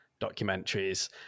documentaries